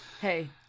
Hey